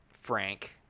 Frank